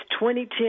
2010